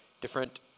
different